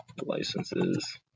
licenses